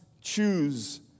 choose